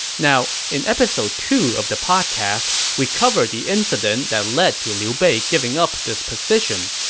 now, in episode two of the podcast, we covered the incident that led to liu bei giving up this position.